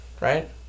right